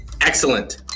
Excellent